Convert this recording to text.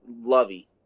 lovey